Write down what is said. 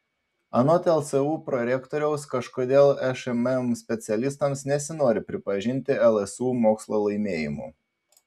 anot lsu prorektoriaus kažkodėl šmm specialistams nesinori pripažinti lsu mokslo laimėjimų